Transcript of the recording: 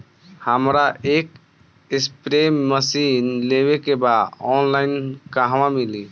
हमरा एक spray machine लेवे के बा ऑनलाइन कहवा मिली?